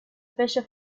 fisher